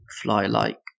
fly-like